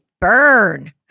Burn